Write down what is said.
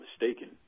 mistaken